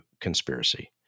conspiracy